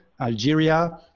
Algeria